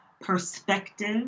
perspective